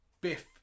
biff